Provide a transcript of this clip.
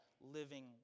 living